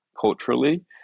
culturally